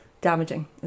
damaging